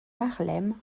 harlem